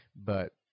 But-